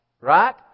right